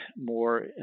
more